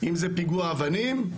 אם זה פיגוע אבנים,